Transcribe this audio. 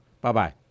Bye-bye